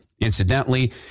Incidentally